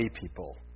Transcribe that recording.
people